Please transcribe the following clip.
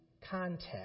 context